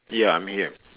ya I'm here